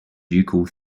ducal